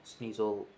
Sneasel